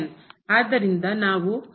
ಆದ್ದರಿಂದ ನಾವು ಈಗ ಪದದವರೆಗೆ ಹೋಗಿದ್ದೇವೆ